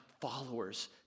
followers